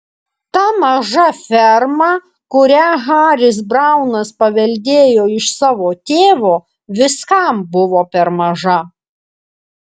ta maža ferma kurią haris braunas paveldėjo iš savo tėvo viskam buvo per maža